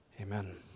Amen